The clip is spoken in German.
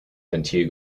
ventil